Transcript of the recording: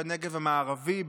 בנגב המערבי,